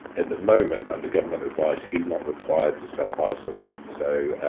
in the moment, under government advice, he's not required to self-isolate. so,